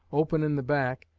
open in the back,